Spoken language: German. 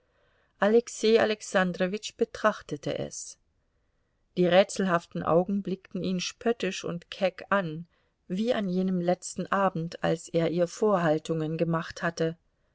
alexei alexandrowitsch betrachtete es die rätselhaften augen blickten ihn spöttisch und keck an wie an jenem letzten abend als er ihr vorhaltungen gemacht hatte